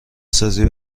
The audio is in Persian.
سازی